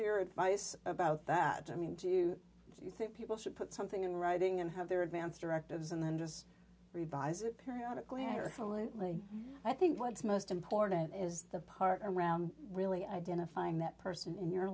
your advice about that i mean do you think people should put something in writing and have their advance directives and then just revise it periodical in your salute i think what's most important is the part around really identifying that person in your